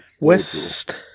West